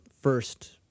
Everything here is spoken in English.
first